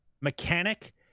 mechanic